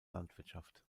landwirtschaft